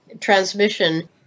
transmission